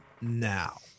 now